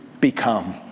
become